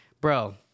bro